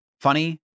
funny